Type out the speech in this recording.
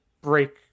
break